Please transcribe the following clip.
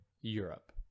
Europe